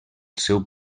seu